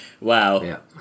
Wow